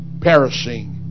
Perishing